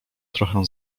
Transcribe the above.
trochę